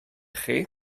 chi